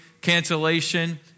Cancellation